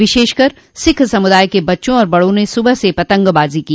विशेषकर सिख समुदाय के बच्चों और बड़ों ने सुबह से पतंगबाजी की